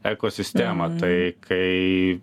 ekosistemą tai kai